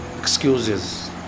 excuses